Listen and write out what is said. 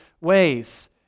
ways